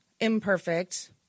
Imperfect